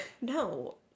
no